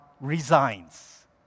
Resigns